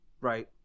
Right